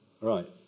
Right